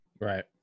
right